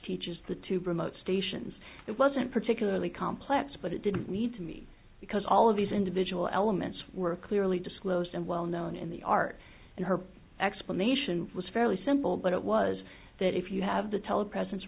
teaches the to promote stations that wasn't particularly complex but it didn't need to be because all of these individual elements were clearly disclosed and well known in the art and her explanation was fairly simple but it was that if you have the telepresence